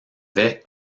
vais